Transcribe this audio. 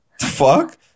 Fuck